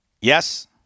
Yes